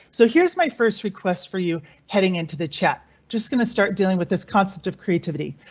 so here's my first request for you heading into the chat. just going to start dealing with this concept of creativity.